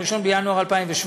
1 בינואר 2017,